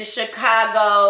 Chicago